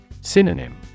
Synonym